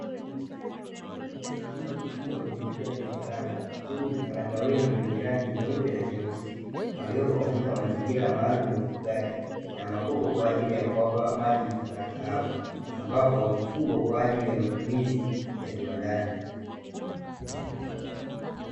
Chumba kikubwa kilicho jaa vifaranga, chenye vifaranga wengi wenye rangi nyeupe na nyeusi, waliopo katika mazingira maalumu ya ufugaji. Na makopo kwa ajili ya kuwapa maji vifaranga hao ambapo, wamefugwa kwa ajili ya matumizi ya viwandani.